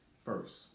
first